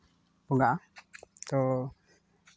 ᱵᱚᱸᱜᱟᱜᱼᱟ ᱛᱚ